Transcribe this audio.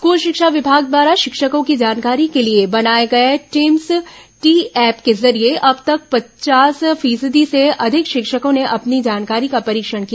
school शिक्षा विभाग द्वारा शिक्षकों की जानकारी के लिए बनाए गए टीम्स टी ऐप के जरिये अब तक पवास फीसदी से अधिक शिक्षकों ने अपनी जानकारी का परीक्षण किया